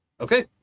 Okay